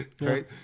right